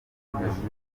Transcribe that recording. mpuzabitsina